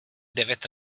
devět